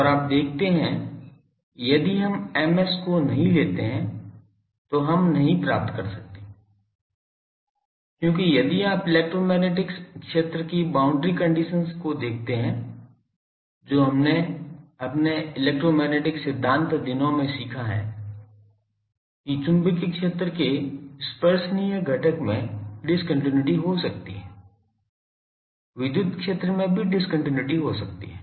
और आप देखते हैं कि यदि हम Ms को नहीं लेते हैं तो हम नहीं प्राप्त कर सकते क्योंकि यदि आप इलेक्ट्रोमैग्नेटिक्स क्षेत्र की बाउंड्री कंडीशंस को देखते हैं जो हमने अपने EM सिद्धांत दिनों में सीखा है की चुंबकीय क्षेत्र के स्पर्शनीय घटक में डिस्कन्टिन्यूइटी हो सकती है विद्युत क्षेत्र में भी डिस्कन्टिन्यूइटी हो सकती है